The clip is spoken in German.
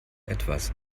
etwas